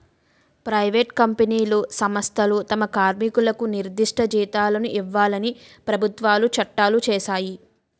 private కంపెనీలు సంస్థలు తమ కార్మికులకు నిర్దిష్ట జీతాలను ఇవ్వాలని ప్రభుత్వాలు చట్టాలు చేశాయి